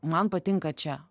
man patinka čia